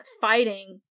fighting